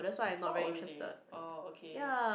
oh really oh okay